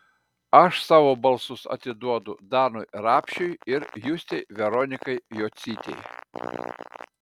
aš savo balsus atiduodu danui rapšiui ir justei veronikai jocytei